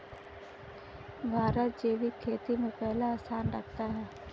भारत जैविक खेती में पहला स्थान रखता है